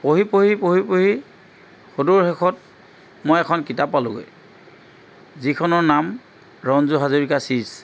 পঢ়ি পঢ়ি পঢ়ি পঢ়ি সদুৰ শেষত মই এখন কিতাপ পালোগে যিখনৰ নাম ৰঞ্জু হাজৰিকা চিজ